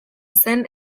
zen